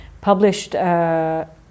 published